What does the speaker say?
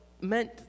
meant